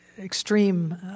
extreme